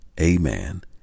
Amen